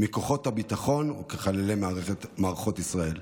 מכוחות הביטחון וכחללי מערכות ישראל.